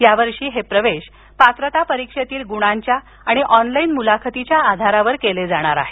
यावर्षी हे प्रवेश पात्रता परीक्षेतील गुणांच्या आणि ऑनलाइन मुलाखतीच्या आधारावर केले जाणार आहेत